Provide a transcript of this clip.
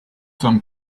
some